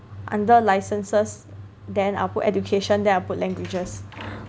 under licenses then I'll put education then I'll put languages